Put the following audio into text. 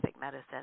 medicine